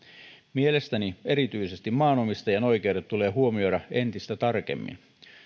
mielestäni erityisesti maanomistajan oikeudet tulee huomioida entistä tarkemmin